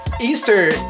Easter